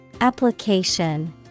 Application